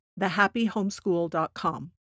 thehappyhomeschool.com